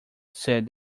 said